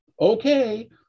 Okay